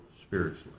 spiritually